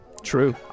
True